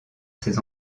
ses